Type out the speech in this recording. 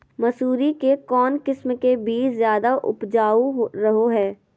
मसूरी के कौन किस्म के बीच ज्यादा उपजाऊ रहो हय?